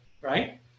right